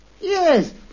Yes